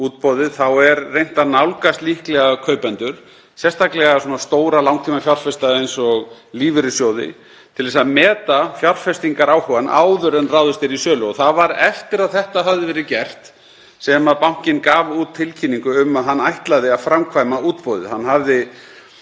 útboðið er reynt að nálgast líklega kaupendur, sérstaklega stóra langtímafjárfesta eins og lífeyrissjóði, til að meta fjárfestingaráhugann áður en ráðist er í sölu. Það var eftir að þetta hafði verið gert sem bankinn gaf út tilkynningu um að hann ætlaði að framkvæma útboðið.